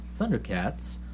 thundercats